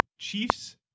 Chiefs